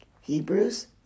Hebrews